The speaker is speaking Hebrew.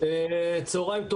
איזה מושגים אלה?